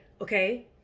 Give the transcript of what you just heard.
okay